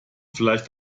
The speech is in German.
vielleicht